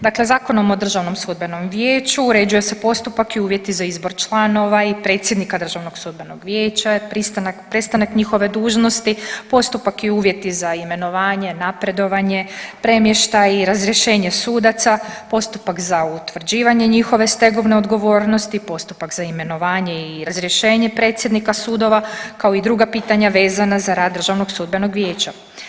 Dakle, Zakonom o Državnom sudbenom vijeću uređuje se postupak i uvjeti za izbor članova i predsjednika Državnog sudbenog vijeća, prestanak njihove dužnosti, postupak i uvjeti za imenovanje, napredovanje, premještaj, razrješenje sudaca, postupak za utvrđivanje njihove stegovne odgovornosti, postupak za imenovanje i razrješenje predsjednika sudova kao i druga pitanja vezana za rad Državnog sudbenog vijeća.